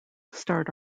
start